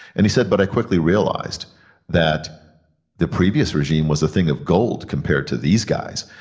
and he said but i quickly realized that the previous regime was a thing of gold compared to these guys.